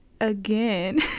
again